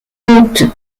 déroute